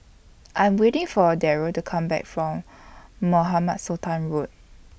I Am waiting For A Deryl to Come Back from Mohamed Sultan Road